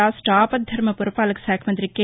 రాష్ట్ర అపద్దర్మ పురపాలక శాఖ మంతి కె